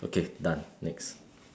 okay done next